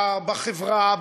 בחברה,